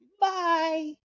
bye